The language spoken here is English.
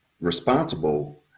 responsible